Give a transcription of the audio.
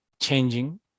changing